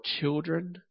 children